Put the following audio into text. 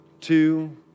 two